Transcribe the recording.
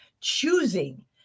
choosing